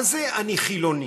מה זה אני חילוני?